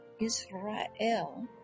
Israel